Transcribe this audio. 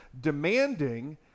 demanding